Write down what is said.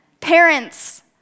Parents